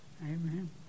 Amen